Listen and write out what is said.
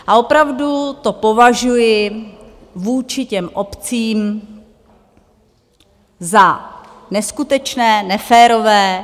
A opravdu to považuji vůči obcím za neskutečné, neférové.